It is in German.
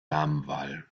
damenwahl